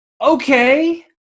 okay